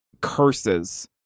curses